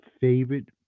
favorite